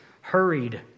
hurried